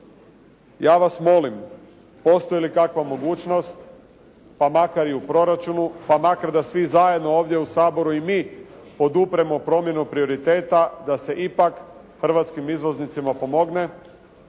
Ja vas molim, postoji li kakva mogućnost pa makar i u proračunu, pa makar da svi zajedno ovdje u Saboru i mi podupremo promjenu prioriteta da se ipak hrvatskim izvoznicima pomogne,